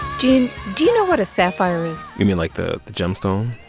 gene, do you know what a sapphire is? you mean like the the gemstone?